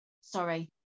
sorry